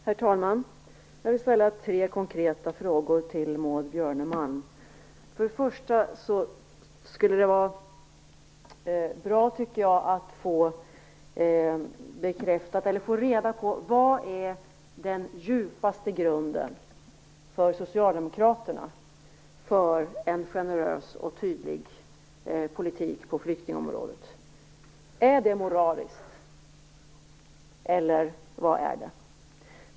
Herr talman! Jag vill ställa tre konkreta frågor till För det första skulle det vara bra att få reda på vad den djupaste grunden är för Socialdemokraterna för en generös och tydlig politik på flyktingområdet. Är det moral, eller vad är det?